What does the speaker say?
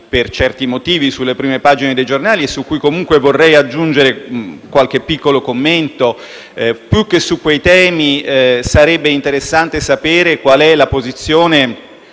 per certi motivi, sulle prime pagine dei giornali e su cui comunque vorrei aggiungere qualche piccolo commento, sarebbe interessante sapere qual è la posizione